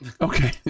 okay